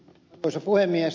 arvoisa puhemies